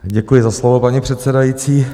Děkuji za slovo, paní předsedající.